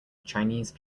chinese